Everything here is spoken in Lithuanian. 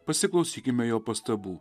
pasiklausykime jo pastabų